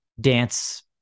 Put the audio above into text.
dance